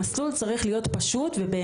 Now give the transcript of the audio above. המסלול של זה צריך להיות גם פשוט וגם